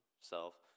self